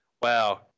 Wow